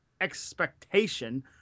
expectation